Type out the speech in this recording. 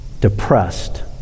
Depressed